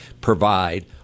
provide